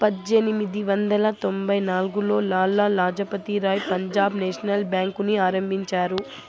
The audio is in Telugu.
పజ్జేనిమిది వందల తొంభై నాల్గులో లాల లజపతి రాయ్ పంజాబ్ నేషనల్ బేంకుని ఆరంభించారు